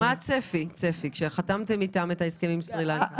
מה היה הצפי כשחתמתם את ההסכם עם סרילנקה?